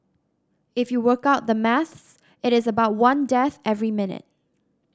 if you work out the maths it is about one death every minute